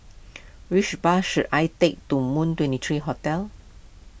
which bus should I take to Moon twenty three Hotel